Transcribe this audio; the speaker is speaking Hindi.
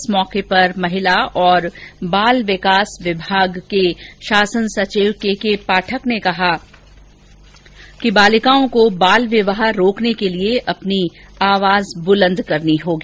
इस अवसर पर महिला और बाल विकास विभाग के शासन सचव के के पाठक ने कहा कि बालिकाओं को बाल विवाह रोकने के लिए अपनी आवाज बुलंद करनी होगी